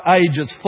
ages